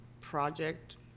project